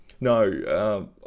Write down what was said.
no